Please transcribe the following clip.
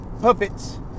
puppets